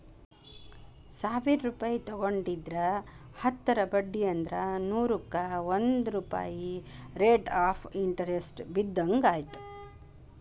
ಸಾವಿರ್ ರೂಪಾಯಿ ತೊಗೊಂಡಿದ್ರ ಹತ್ತರ ಬಡ್ಡಿ ಅಂದ್ರ ನೂರುಕ್ಕಾ ಒಂದ್ ರೂಪಾಯ್ ರೇಟ್ ಆಫ್ ಇಂಟರೆಸ್ಟ್ ಬಿದ್ದಂಗಾಯತು